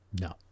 No